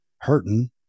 hurting